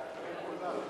(תיקון מס' 22) (פיצויים לדוגמה),